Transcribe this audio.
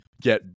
get